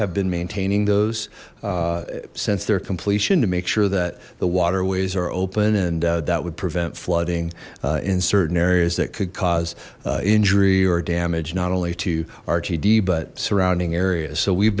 have been maintaining those since their completion to make sure that the waterways are open and that would prevent flooding in certain areas that could cause injury or damage not only to rtd but surrounding areas so we've